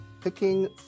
picking